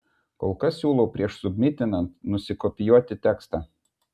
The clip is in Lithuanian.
kol kas siūlau prieš submitinant nusikopijuoti tekstą